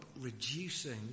reducing